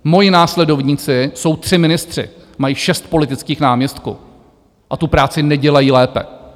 Moji následovníci jsou tři ministři, mají šest politických náměstků a tu práci nedělají lépe.